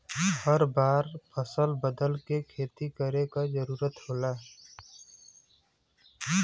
हर बार फसल बदल के खेती करे क जरुरत होला